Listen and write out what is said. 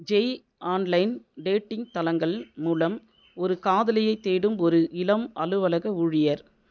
Jai online dating தளங்கள் மூலம் ஒரு காதலியை தேடும் ஒரு இளம் அலுவலக ஊழியர்